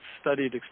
studied